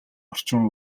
орчин